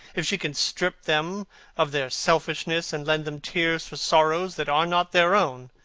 if she can strip them of their selfishness and lend them tears for sorrows that are not their own,